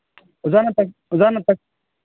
ꯑꯣꯖꯥ ꯑꯣꯖꯥꯅ